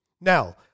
Now